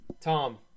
Tom